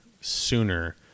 sooner